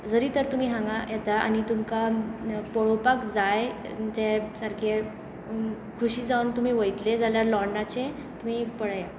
जरी तर तुमी हांगा येता आनी तुमकां पळोवपाक जाय जे सारके खोशी जावन तुमी वयतले जाल्यार लोर्नाचें तुमी पळया